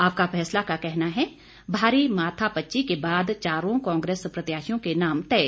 आपका फैसला का कहना है भारी माथापच्ची के बाद चारों कांग्रेस प्रत्याशियों के नाम तय